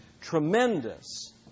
tremendous